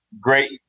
great